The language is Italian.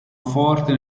forte